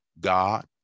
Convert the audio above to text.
God